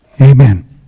amen